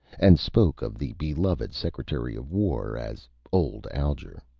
and spoke of the beloved secretary of war as old alger.